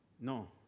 No